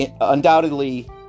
Undoubtedly